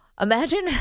Imagine